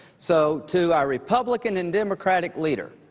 so to our republican and democratic leader,